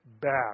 back